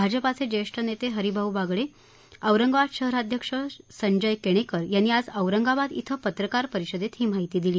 भाजपचे ज्येष्ठ नेते हरिभाऊ बागडे औरंगाबाद शहराध्यक्ष संजय केणेकर यांनी आज औरंगाबाद िक पत्रकार परिषदेत ही माहिती दिली